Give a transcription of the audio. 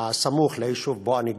הסמוך ליישוב שבו אני גר,